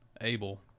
Abel